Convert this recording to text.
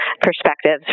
perspectives